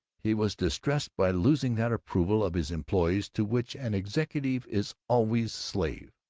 he was distressed by losing that approval of his employees to which an executive is always slave.